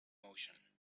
motion